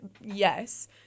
yes